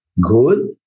good